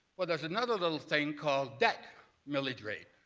well, there's another little thing called debt millage rate,